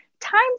time